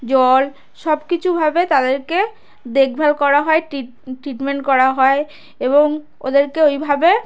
জল সব কিছুভাবে তাদেরকে দেখভাল করা হয় ট্রিট ট্রিটমেন্ট করা হয় এবং ওদেরকে ওইভাবে